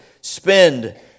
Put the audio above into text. spend